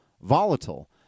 volatile